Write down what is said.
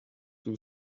too